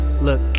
Look